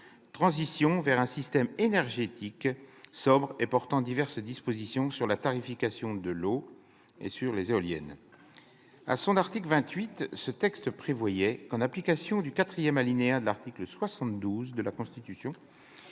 transition vers un système énergétique sobre et portant diverses dispositions sur la tarification de l'eau et sur les éoliennes, dite loi Brottes. L'article 28 de cette loi prévoit que, en application du quatrième alinéa de l'article 72 de la Constitution,